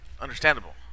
understandable